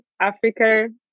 Africa